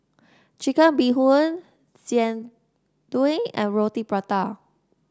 Chicken Bee Hoon Jian Dui and Roti Prata